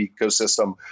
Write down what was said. ecosystem